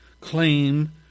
claim